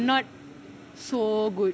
not so good